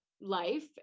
life